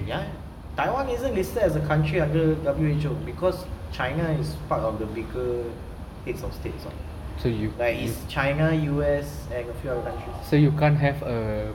ya ya taiwan isn't listed as a country of the W_H_O because china is part of the bigger heads of states what like it's china U_S and a few other countries